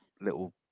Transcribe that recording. little